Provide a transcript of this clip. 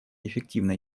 эффективной